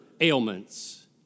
ailments